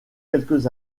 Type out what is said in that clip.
quelques